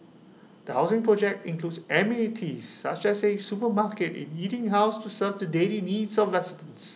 the housing project includes amenities such as A supermarket and eating house to serve the daily needs of residents